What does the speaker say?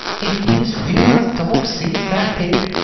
if miss vera's dog sees that pig!